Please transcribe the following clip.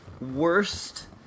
Worst